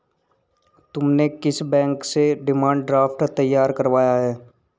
तुमने किस बैंक से डिमांड ड्राफ्ट तैयार करवाया है?